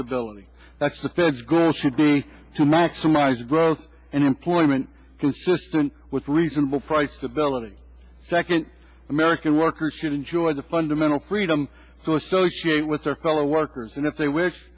stability that's the fed's going should be to maximize growth and employment consistent with reasonable price stability second american workers should enjoy the fundamental freedom to associate with their fellow workers and if they wish